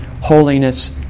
holiness